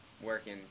working